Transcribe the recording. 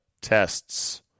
tests